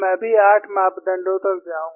मैं भी 8 मापदंडों तक जाऊंगा